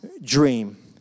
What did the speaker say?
dream